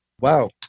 wow